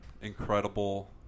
incredible